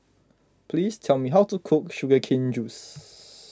please tell me how to cook Sugar Cane Juice